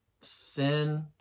Sin